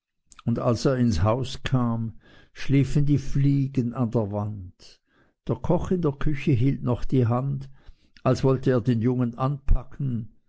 und als er ins haus kam schliefen die fliegen an der wand der koch in der küche hielt noch die hand als wollte er den jungen anpacken